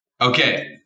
Okay